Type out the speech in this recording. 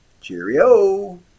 Cheerio